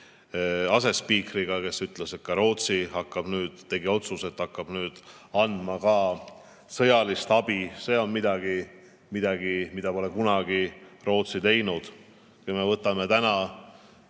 asespiikriga, kes ütles, et ka Rootsi tegi otsuse, et hakkab nüüd andma sõjalist abi. See on midagi, mida Rootsi pole kunagi teinud. Kui me võtame täna,